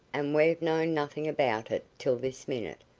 and we've known nothing about it till this minute,